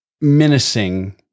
menacing